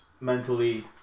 mentally